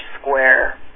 square